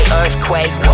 earthquake